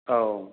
औ